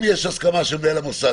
אם יש הסכמה של מנהל המוסד,